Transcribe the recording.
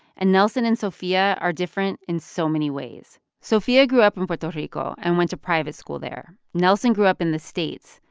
and nelson and sofia are different in so many ways. sofia grew up in puerto rico and went to private school there. nelson grew up in the states,